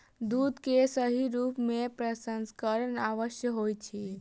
दूध के सही रूप में प्रसंस्करण आवश्यक होइत अछि